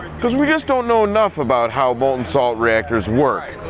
because we just don't know enough about how molten salt reactors work.